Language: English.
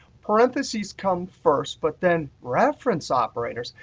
parentheses come first but then reference operators?